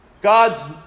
God's